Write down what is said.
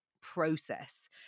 process